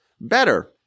Better